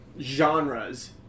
genres